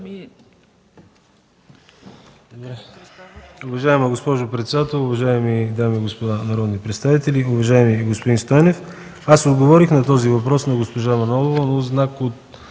Уважаема госпожо председател, уважаеми дами и господа народни представители, уважаеми господин Стойнев! Отговорих на този въпрос на госпожа Манолова, но в знак на